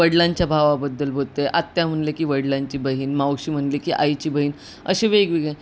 वडिलांच्या भावाबद्दल बोलते आहे आत्त्या म्हटले की वडिलांची बहीण मावशी म्हटलं की आईची बहीण असे वेगवेगळे